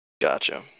Gotcha